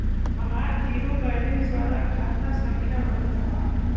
हमार zero balance वाला खाता संख्या वतावा?